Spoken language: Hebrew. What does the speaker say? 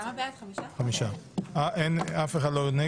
הצבעה בעד - 5 נגד אין אושר.